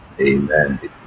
Amen